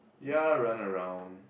ya run around